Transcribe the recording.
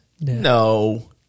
No